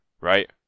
right